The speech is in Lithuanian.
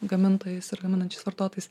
gamintojais ir gaminančiais vartotojais